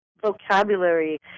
Vocabulary